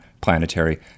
planetary